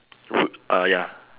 rude err ya